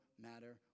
matter